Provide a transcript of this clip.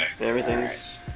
Everything's